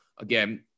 again